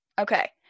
Okay